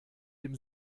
dem